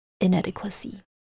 inadequacy